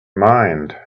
mind